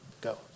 go